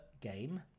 game